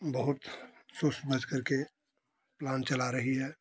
बहुत सोच समझ करके प्लान चला रही है